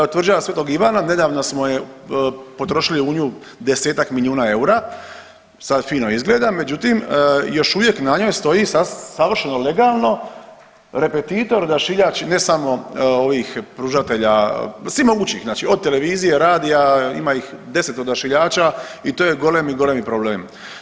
Evo, Tvrđava sv. Ivana, nedavno smo je, potrošili u nju desetak milijuna eura, sad fino izgleda, međutim, još uvijek na njoj stoji savršeno legalno repetitor, odašiljač, ne samo ovih pružatelja, svi mogućih, od televizije, radija, ima ih 10 odašiljača i to je golemi, golemi problem.